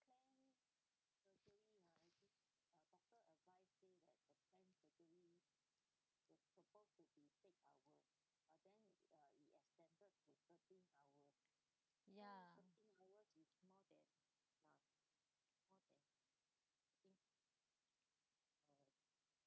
ya